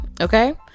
Okay